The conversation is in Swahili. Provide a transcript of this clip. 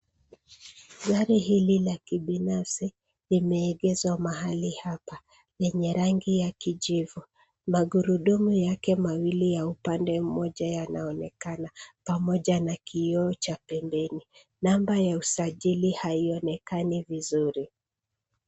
Gari hili la kisasa ya kibinafisi imeegeshwa mahali hapa enye rangi ya kijivu magurudumu yake mawili ya upande moja yanaonekana pamoja na kioo cha pembeni namba ya usajili haionekani vizuri.